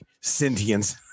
sentience